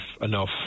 enough